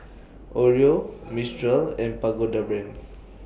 Oreo Mistral and Pagoda Brand